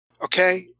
Okay